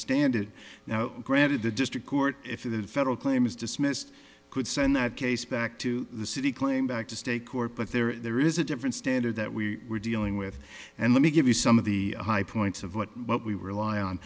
standard now granted the district court if the federal claim is dismissed could send that case back to the city claim back to state court but there is a different standard that we were dealing with and let me give you some of the high points of what what we rely on